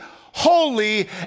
holy